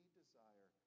desire